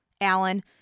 Allen